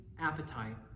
appetite